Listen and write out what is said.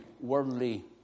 worldly